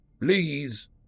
Please